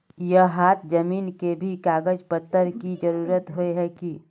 यहात जमीन के भी कागज पत्र की जरूरत होय है की?